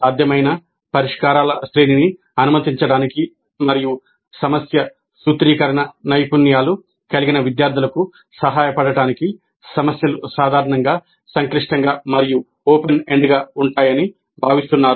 సాధ్యమైన పరిష్కారాల శ్రేణిని అనుమతించడానికి మరియు సమస్య సూత్రీకరణ నైపుణ్యాలు కలిగిన విద్యార్థులకు సహాయపడటానికి సమస్యలు సాధారణంగా సంక్లిష్టంగా మరియు ఓపెన్ ఎండ్గా ఉంటాయని భావిస్తున్నారు